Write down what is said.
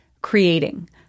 creating